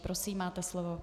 Prosím máte slovo.